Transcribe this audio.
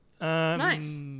Nice